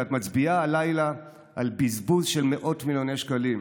ואת מצביעה הלילה על בזבוז של מאות מיליוני שקלים,